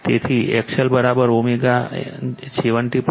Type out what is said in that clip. તેથી XLLω 70